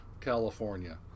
California